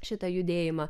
šitą judėjimą